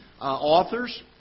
authors